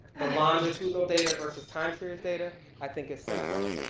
and longitudinal data versus time series data, i think is central,